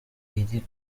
iri